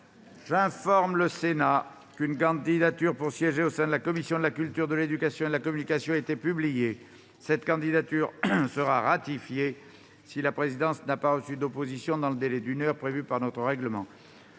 J'informe le Sénat qu'une candidature pour siéger au sein de la commission de la culture, de l'éducation et de la communication a été publiée. Cette candidature sera ratifiée si la présidence n'a pas reçu d'opposition dans le délai d'une heure prévu par notre règlement.